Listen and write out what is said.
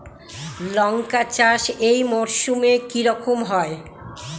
লঙ্কা চাষ এই মরসুমে কি রকম হয়?